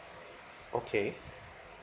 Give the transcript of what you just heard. okay